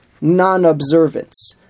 non-observance